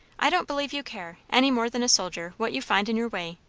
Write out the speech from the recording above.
i don't believe you care, any more than a soldier, what you find in your way.